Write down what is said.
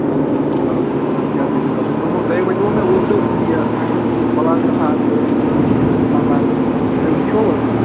اَلحمدُاللہ اَلحمدُاللہ کیٛاہ دٔلیٖلاہ حظ تُہۍ ترٛوومےَ تُہۍ ونیٛو مےٚ اوٗترٕ یہِ اَسہِ اوس پُلاٹ رژھا اکھ ضروٗرت اوس مےٚ اوس مَکان ہیٚون تۅہہِ وُچھووٕ سُہ